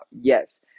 yes